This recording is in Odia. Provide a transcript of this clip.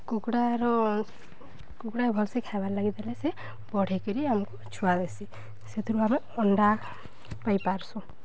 କୁକୁଡ଼ାର କୁକୁଡ଼ା ଭଲ୍ସେ ଖାଏବାର୍ ଲାଗି ଦେଲେ ସେ ବଢ଼େଇକରି ଆମ୍କୁ ଛୁଆ ଦେସି ସେଥିରୁ ଆମେ ଅଣ୍ଡା ପାଇପାର୍ସୁଁ